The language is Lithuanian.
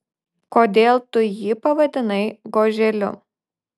kodėl tu jį pavadinai goželiu